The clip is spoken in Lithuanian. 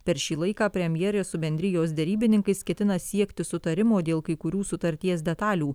per šį laiką premjerė su bendrijos derybininkais ketina siekti sutarimo dėl kai kurių sutarties detalių